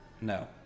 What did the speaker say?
no